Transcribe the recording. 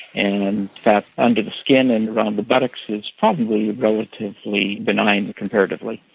and fat under the skin and around the buttocks is probably relatively benign comparatively.